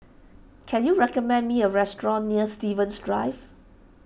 can you recommend me a restaurant near Stevens Drive